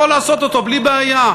יכול לעשות אותו בלי בעיה.